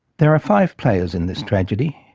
there are five players in this tragedy.